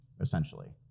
essentially